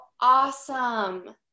awesome